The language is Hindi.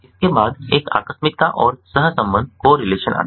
इसके बाद एक आकस्मिकता और सहसंबंध आता है